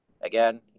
Again